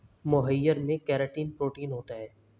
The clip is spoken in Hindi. मोहाइर में केराटिन प्रोटीन होता है